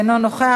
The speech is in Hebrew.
אינו נוכח.